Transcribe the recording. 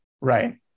Right